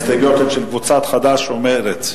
ההסתייגויות הן של קבוצת חד"ש ומרצ.